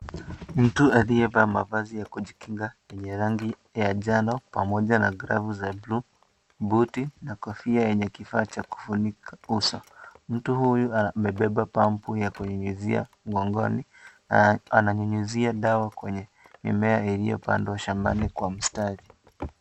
Mtu aliyevaa mavazi ya kujikinga yenye rangi ya njano, pamoja na glavu za bluu buti na kofia yenye kifaa cha kufunika uso. Mtu huyu amabeba (cs)pump(cs) ya kunyunyuzia mgongoni. Ananyunyuzia dawa kwenye mimea iliyopandwa shambani kwa mstari.